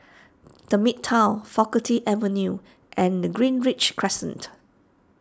the Midtown Faculty Avenue and the Greenridge Crescent